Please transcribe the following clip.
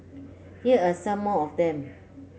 here are some more of them